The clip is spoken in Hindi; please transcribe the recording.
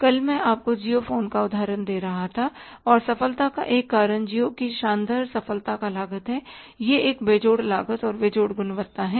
कल मैं आपको जिओ फोन का उदाहरण दे रहा था और सफलता का एक कारण जिओ की शानदार सफलता का लागत है यह एक बेजोड़ लागत और बेजोड़ गुणवत्ता है